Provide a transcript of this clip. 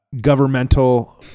governmental